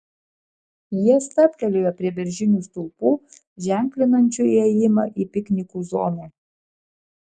jie stabtelėjo prie beržinių stulpų ženklinančių įėjimą į piknikų zoną